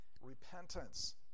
repentance